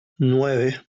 nueve